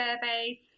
surveys